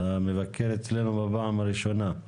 אתה מבקר אצלנו בפעם הראשונה,